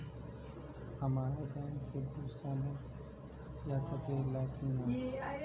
हमारे बैंक से दूसरा बैंक में पैसा जा सकेला की ना?